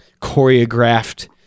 choreographed